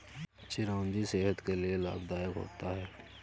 चिरौंजी सेहत के लिए लाभदायक होता है